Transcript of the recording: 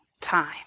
time